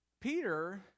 Peter